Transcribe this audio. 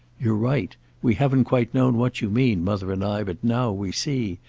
you're right we haven't quite known what you mean, mother and i, but now we see.